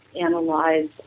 analyze